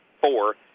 four